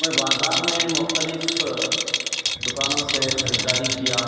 میں بازار میں مختلف دوکانوں سے خریداری کیا